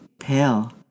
pale